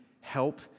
help